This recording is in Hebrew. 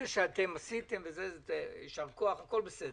זה שאתם עשיתם יישר כוח, הכול בסדר.